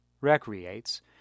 recreates